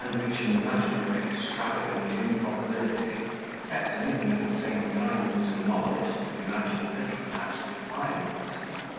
and which in the matter of extravagant improbability sets anything of the same kind that a novelist could imagine at flat defiance.